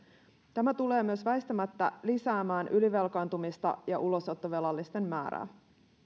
tämä tulee myös väistämättä lisäämään ylivelkaantumista ja ulosottovelallisten määrää